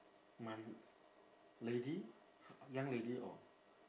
mon~ lady young lady or